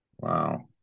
Wow